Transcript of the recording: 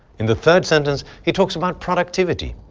in the third sentence he talks about productivity.